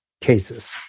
cases